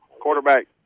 quarterback